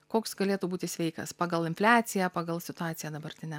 koks galėtų būti sveikas pagal infliaciją pagal situaciją dabartinę